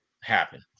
happen